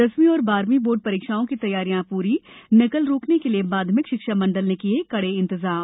दसवीं और बारहवीं बोर्ड परीक्षाओं की तैयारियां पूरी नकल रोकने के लिए माध्यमिक शिक्षा मण्डल ने किये कडे इंतजाम